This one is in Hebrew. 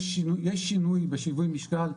יש שינוי בשיווי משקל,